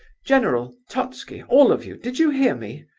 general, totski, all of you, did you hear me?